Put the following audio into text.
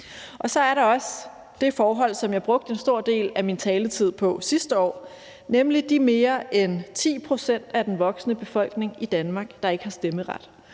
Så er der også det forhold, som jeg brugte en stor del af min taletid på sidste år, nemlig at der er mere end 10 pct. af den voksne befolkning i Danmark, der ikke har stemmeret.